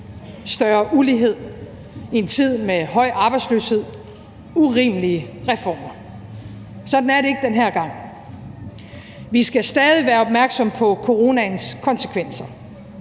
større ulighed i en tid med høj arbejdsløshed, urimelige reformer. Sådan er det ikke den her gang. Vi skal stadig være opmærksomme på coronaens konsekvenser: